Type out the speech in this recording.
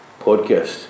Podcast